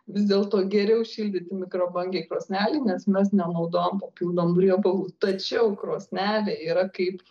vis dėlto geriau šildyti mikrobangėj krosnelėj nes mes nenaudojam papildomų riebalų tačiau krosnelė yra kaip